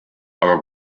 aga